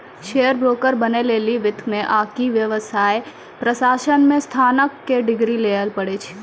share broker बनै लेली वित्त मे आकि व्यवसाय प्रशासन मे स्नातक के डिग्री लिये पड़ै छै